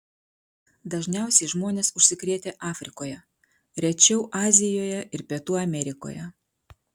dažniausiai žmonės užsikrėtė afrikoje rečiau azijoje ir pietų amerikoje